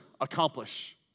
accomplish